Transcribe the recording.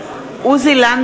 (קוראת בשמות חברי הכנסת) עוזי לנדאו,